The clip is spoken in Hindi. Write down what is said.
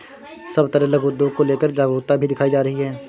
सब तरफ लघु उद्योग को लेकर जागरूकता भी दिखाई जा रही है